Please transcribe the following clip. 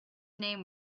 name